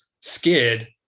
skid